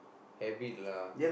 habit lah